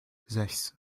sechs